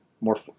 more